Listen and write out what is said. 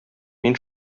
мин